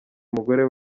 umugore